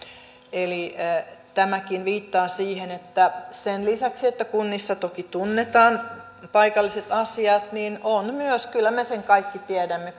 eli tämäkin viittaa siihen että sen lisäksi että kunnissa toki tunnetaan paikalliset asiat on myös kyllä me sen kaikki tiedämme